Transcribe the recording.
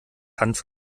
hanf